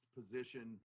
position